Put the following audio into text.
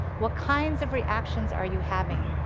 what kinds of reactions are you having?